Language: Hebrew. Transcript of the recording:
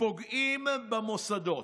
פוגעים במוסדות,